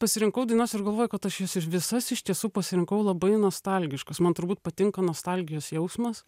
pasirinkau dainas ir galvoju kad aš jas ir visas iš tiesų pasirinkau labai nostalgiškas man turbūt patinka nostalgijos jausmas